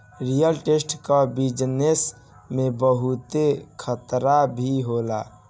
real estate कअ business में बहुते खतरा भी होला